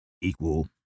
equal